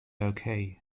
okay